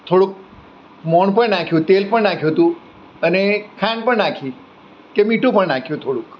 થોડુંક મોણ પણ નાખ્યું તું તેલ પણ નાખ્યું હતું અને ખાંડ પણ નાખી કે મીઠું પણ નાખ્યું હતું થોડુંક